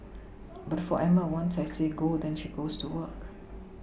but for Emma once I say go then she goes to work